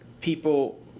people